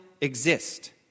exist